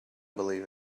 believe